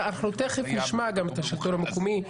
אנחנו תכף נשמע גם את השלטון המקומי.